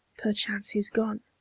perchance he's gone,